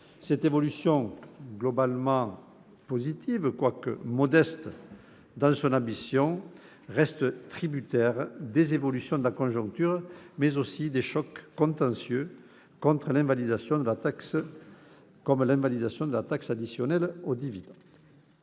Cette évolution globalement positive, quoique modeste dans son ambition, reste tributaire des évolutions de la conjoncture et de chocs contentieux, comme l'invalidation de la taxe additionnelle sur les dividendes.